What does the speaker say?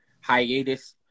hiatus